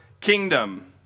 kingdom